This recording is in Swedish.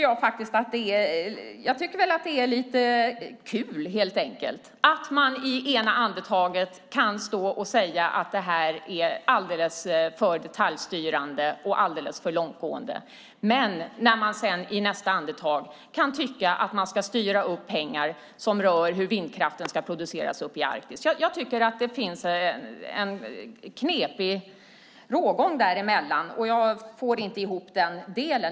Jag tycker att det är lite kul att man i ena andetaget säger att det här är alldeles för detaljstyrande och alldeles för långtgående och i nästa andetag tycker att man ska styra upp pengar för hur vindkraften ska produceras i Arktis. Jag tycker att det finns en knepig rågång där. Jag får inte ihop det.